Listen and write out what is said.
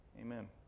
Amen